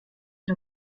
nur